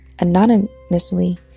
anonymously